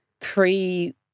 three